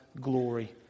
glory